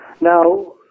Now